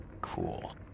Cool